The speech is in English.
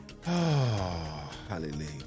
hallelujah